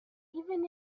even